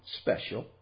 special